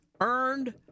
earned